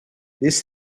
this